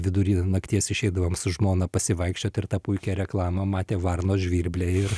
vidury nakties išeidavom su žmona pasivaikščiot ir tą puikią reklamą matė varnos žvirbliai ir